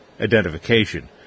identification